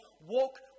walk